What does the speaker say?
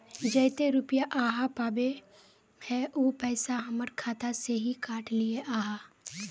जयते रुपया आहाँ पाबे है उ पैसा हमर खाता से हि काट लिये आहाँ?